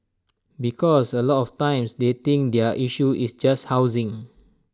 because A lot of times they think their issue is just housing